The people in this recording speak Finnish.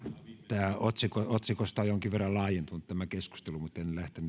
että otsikosta on jonkin verran laajentunut tämä keskustelu mutta en